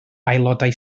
aelodau